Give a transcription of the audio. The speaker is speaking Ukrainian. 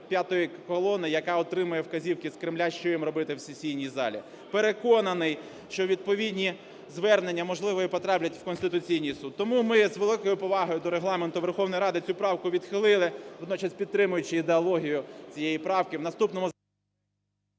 "п'ятої колони", яка отримає вказівки з Кремля, що їм робити в сесійній залі. Переконаний, що відповідні звернення, можливо, і потраплять в Конституційний Суд. Тому ми з великою повагою до Регламенту Верховної Ради цю правку відхилили, водночас підтримуючи ідеологію цієї правки.